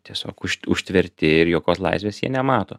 tiesiog užtverti ir jokios laisvės jie nemato